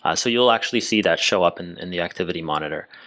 ah so you'll actually see that show up and in the activity monitor.